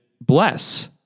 bless